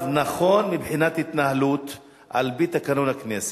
נכון מבחינת התנהלות על-פי תקנון הכנסת.